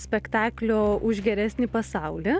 spektaklio už geresnį pasaulį